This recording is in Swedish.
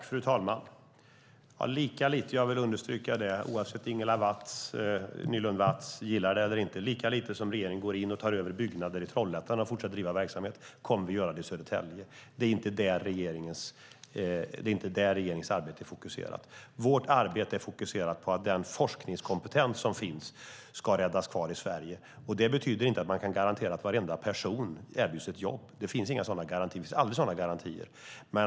Fru talman! Oavsett om Ingela Nylund Watz gillar det eller inte vill jag understryka att lika lite som regeringen går in och tar över byggnader i Trollhättan och fortsätter att driva verksamhet kommer vi att göra det i Södertälje. Det är inte där regeringens arbete är fokuserat. Vårt arbete är fokuserat på att den forskningskompetens som finns ska räddas kvar i Sverige. Det betyder inte att man kan garantera att varenda person erbjuds ett jobb. Det finns inga sådana garantier. Det finns aldrig sådana garantier.